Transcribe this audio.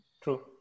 true